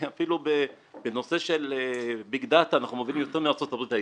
אפילו בנושא של BIG DATA אנחנו מובילים יותר מארצות הברית.